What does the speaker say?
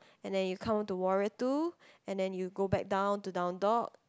and then you come to warrior two and then you go back down to downward dog